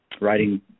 writing